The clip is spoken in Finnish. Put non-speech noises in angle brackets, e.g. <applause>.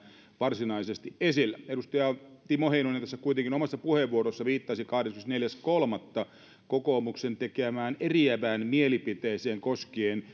varsinaisesti esillä edustaja timo heinonen tässä kuitenkin omassa puheenvuorossaan viittasi kahdeskymmenesneljäs kolmatta kokoomuksen tekemään eriävään mielipiteeseen koskien <unintelligible>